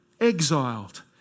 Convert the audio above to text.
exiled